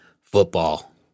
Football